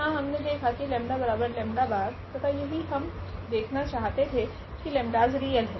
तो यहाँ हमने देखा की 𝜆 𝜆̅ तथा यही हम देखना चाहते थे की 𝜆's रियल है